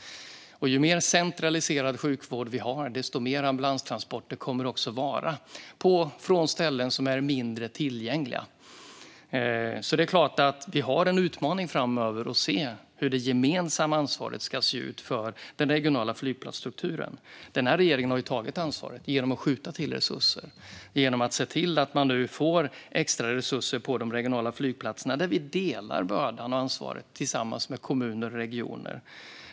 Ju mer centraliserad sjukvård vi har, desto mer ambulanstransporter kommer det också att vara från ställen som är mindre tillgängliga. Det är klart att vi har en utmaning framöver när det gäller hur det gemensamma ansvaret ska se ut för den regionala flygplatsstrukturen. Denna regering har tagit ansvaret genom att skjuta till resurser och genom att se till att de regionala flygplatserna får extra resurser. Vi delar bördan och ansvaret med kommuner och regioner.